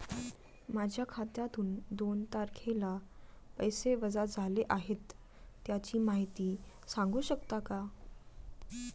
माझ्या खात्यातून दोन तारखेला पैसे वजा झाले आहेत त्याची माहिती सांगू शकता का?